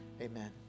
Amen